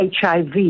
HIV